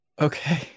okay